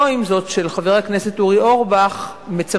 עם זאת, הצעתו של חבר הכנסת אורי אורבך מצמצמת